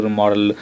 model